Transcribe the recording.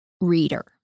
reader